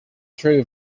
true